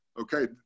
okay